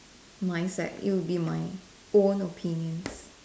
mindset it will be my own opinions